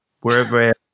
wherever